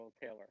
Taylor